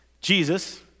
Jesus